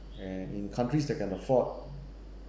and in countries that can afford